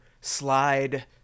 slide